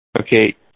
Okay